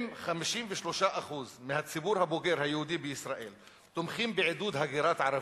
אם 53% מהציבור הבוגר היהודי בישראל תומכים בעידוד הגירת ערבים,